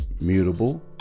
mutable